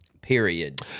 Period